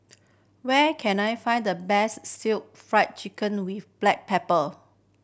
where can I find the best Stir Fried Chicken with black pepper